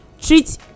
treat